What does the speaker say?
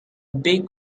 big